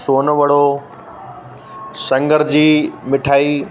सोनवड़ो सिङर जी मिठाई